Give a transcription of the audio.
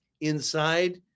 inside